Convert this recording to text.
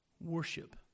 worship